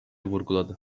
vurguladı